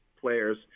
players